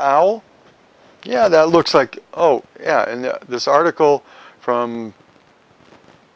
al yeah that looks like oh in this article from